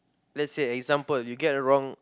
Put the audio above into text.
let's say example you get wrong